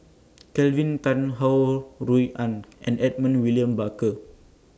Kelvin Tan Ho Rui An and Edmund William Barker